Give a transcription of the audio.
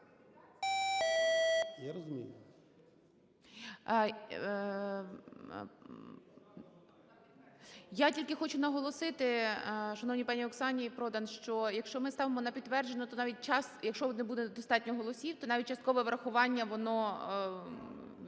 ГОЛОВУЮЧИЙ. Я тільки хочу наголосити шановній пані Оксані Продан, що якщо ми ставимо на підтвердження, якщо не буде достатньо голосів, то навіть часткове врахування воно…